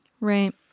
right